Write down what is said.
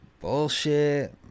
bullshit